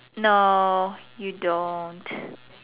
no you don't